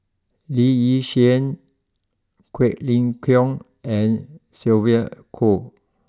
Lee Yi Shyan Quek Ling Kiong and Sylvia Kho